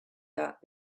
that